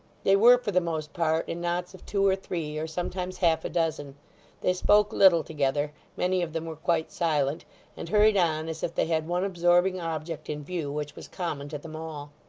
they were, for the most part, in knots of two or three, or sometimes half-a-dozen they spoke little together many of them were quite silent and hurried on as if they had one absorbing object in view, which was common to them all.